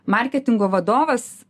marketingo vadovas